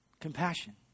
Compassion